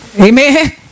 Amen